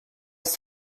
ist